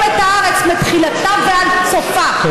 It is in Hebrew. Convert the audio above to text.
היינו רואים את הארץ מתחילתה ועד סופה,